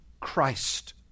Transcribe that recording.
Christ